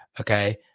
Okay